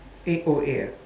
eight O eight ah